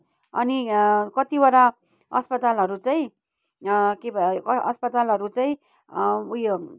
अनि कतिवटा अस्पतालहरू चाहिँ के भयो अस्पतालहरू चाहिँ उयो